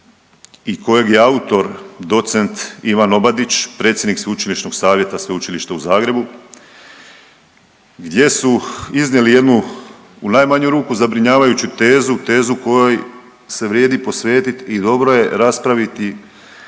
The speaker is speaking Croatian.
i kojeg je autor docent Ivan Obadić, predsjednik Sveučilišnog savjeta Sveučilišta u Zagrebu gdje su iznijeli jednu, u najmanju ruku, zabrinjavajuću tezu, tezu kojoj se vrijedi posvetiti i dobro je raspraviti